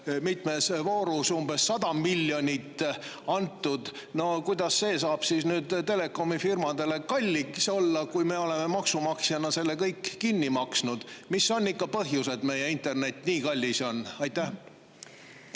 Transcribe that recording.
mitmes voorus veel umbes 100 miljonit antud. No kuidas see saab siis telekomifirmadele kallis olla, kui me oleme maksumaksjatena selle kõik kinni maksnud? Mis on ikkagi põhjus, miks meie internet nii kallis on? Aitäh!